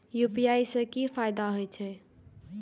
UPI से की फायदा हो छे?